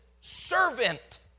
servant